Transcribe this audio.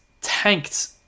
tanked